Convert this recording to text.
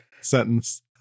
sentence